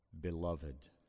beloved